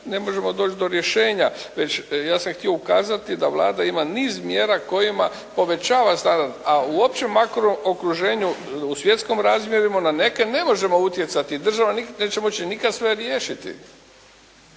ne možemo doći do rješenja. Ja sam htio ukazati da Vlada ima niz mjera kojima povećava standard, a u opće makro okruženju u svjetskim razmjerima na neke ne možemo utjecati. Država neće moći nikad svoje riješiti.